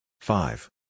Five